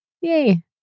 Yay